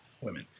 women